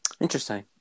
Interesting